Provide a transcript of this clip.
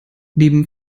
neben